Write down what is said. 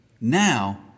now